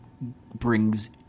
brings